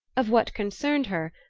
of what concerned her,